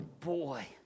Boy